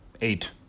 eight